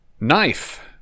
Knife